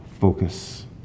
focus